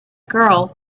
girl